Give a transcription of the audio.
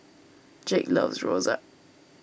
Jake loves rojak